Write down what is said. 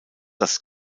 das